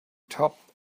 topped